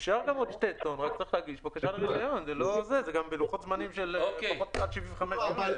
זה צריך להיות "בכפוף להוראות סעיף קטן (א)" במקום